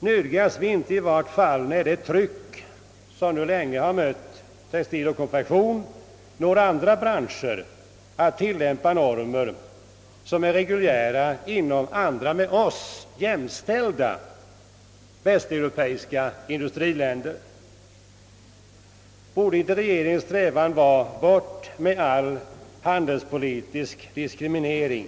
Nödgas vi inte — i vart fall när det tryck som länge mött textiloch konfektionsbranschen når även andra branscher — tilllämpa normer som är reguljära inom med oss jämställda västeuropeiska industriländer? Regeringen borde väl säga: Bort med all handelspolitisk diskriminering!